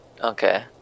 Okay